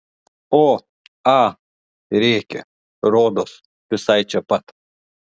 o a rėkė rodos visai čia pat